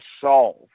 solve